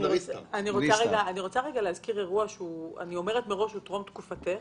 אני רוצה רגע להזכיר אירוע שהיה טרום תקופתך,